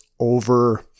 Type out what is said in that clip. Over